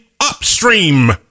upstream